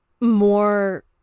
more